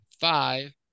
Five